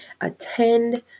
attend